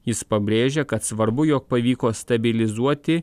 jis pabrėžia kad svarbu jog pavyko stabilizuoti